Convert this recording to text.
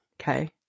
Okay